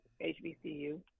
HBCU